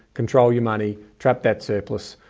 control your money trap, that surplus,